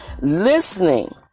listening